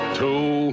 two